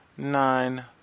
nine